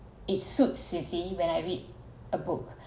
it suits you see when I read a book